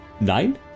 nine